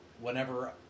whenever